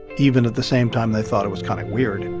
even at the same time they thought it was kind of weird.